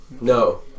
No